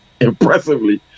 impressively